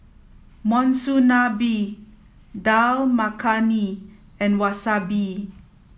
Monsunabe Dal Makhani and Wasabi